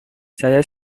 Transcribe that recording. saya